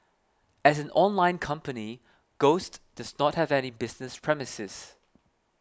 as an online company Ghost does not have any business premises